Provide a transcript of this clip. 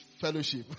fellowship